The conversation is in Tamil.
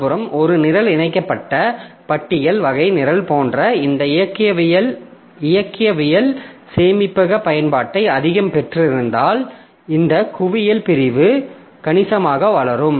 மறுபுறம் ஒரு நிரல் இணைக்கப்பட்ட பட்டியல் வகை நிரல் போன்ற இந்த இயக்கவியல் சேமிப்பக பயன்பாட்டை அதிகம் பெற்றிருந்தால் இந்த குவியல் பிரிவு கணிசமாக வளரும்